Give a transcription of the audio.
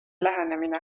lähenemine